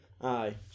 Aye